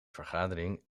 vergadering